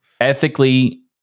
Ethically